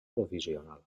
provisional